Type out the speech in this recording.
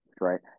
right